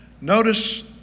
notice